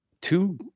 two